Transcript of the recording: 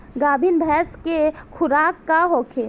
गाभिन भैंस के खुराक का होखे?